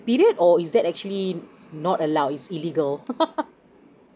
period or is that actually not allowed is illegal